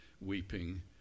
weeping